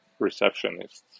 receptionists